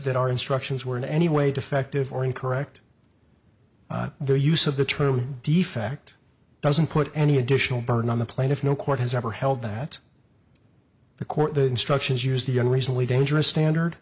that our instructions were in any way defective or incorrect their use of the term defect doesn't put any additional burden on the plaintiff no court has ever held that the court the instructions use the young recently dangerous standard